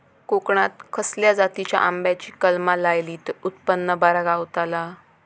कोकणात खसल्या जातीच्या आंब्याची कलमा लायली तर उत्पन बरा गावताला?